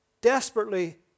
desperately